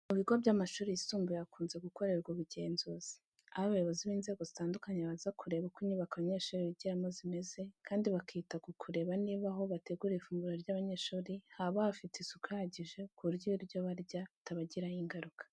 Mu bigo by'amashuri yisumbuye hakunze gukorerwa ubugenzuzi, aho abayobozi b'inzego zitandukanye baza kureba uko inyubako abanyeshuri bigiramo zimeze kandi bakita ku kureba niba aho bategurira ifunguro ry'abanyeshuri haba hafite isuku ihagije ku buryo ibyo barya bitabagiraho ingaruka.